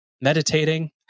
meditating